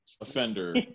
offender